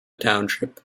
township